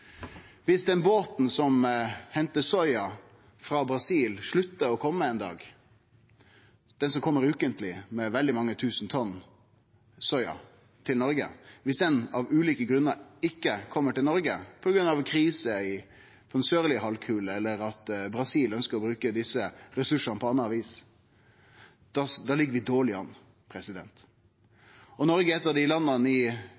Viss den båten som hentar soya frå Brasil, han som kvar veke kjem med veldig mange tusen tonn soya til Noreg, av ulike grunnar sluttar å kome til Noreg – på grunn av krise på den sørlege halvkula eller fordi Brasil ønskjer å bruke desse ressursane på anna vis – da ligg vi dårleg an. Noreg er eit av dei landa i